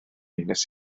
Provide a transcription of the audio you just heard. nes